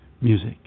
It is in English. music